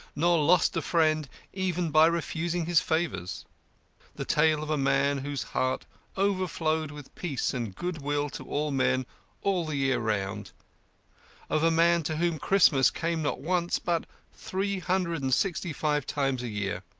nor lost a friend even by refusing his favours the tale of a man whose heart overflowed with peace and goodwill to all men all the year round of a man to whom christmas came not once, but three hundred and sixty-five times a year